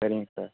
சரிங்க சார்